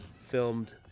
filmed